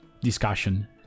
discussion